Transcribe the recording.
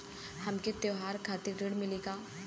हमके त्योहार खातिर ऋण मिली का?